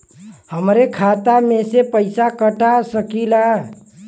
हमरे खाता में से पैसा कटा सकी ला?